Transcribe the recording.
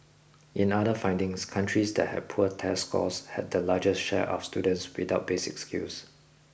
in other findings countries that had poor test scores had the largest share of students without basic skills